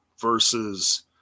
versus